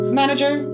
manager